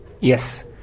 Yes